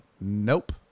Nope